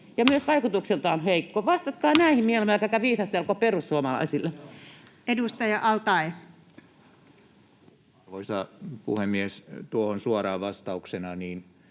myös vaikutuksiltaan heikko. Vastatkaa näihin mieluummin, älkääkä viisastelko perussuomalaisille. Edustaja al-Taee. Arvoisa puhemies! Tuohon suoraan vastauksena: